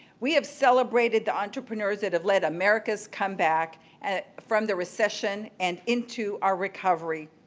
we have celebrated the entrepreneurs that have led america's come back and from the recession and into our recovery.